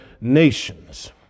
nations